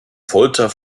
folter